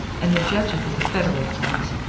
and the judges of the federal courts,